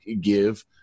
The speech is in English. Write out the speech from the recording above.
give